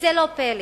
וזה לא פלא,